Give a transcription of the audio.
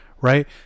right